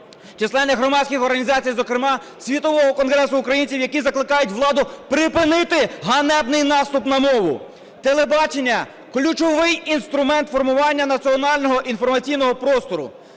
численних громадських організацій, зокрема Світового конгресу українців, які закликають владу припинити ганебний наступ на мову. Телебачення – ключовий інструмент формування національного інформаційного простору.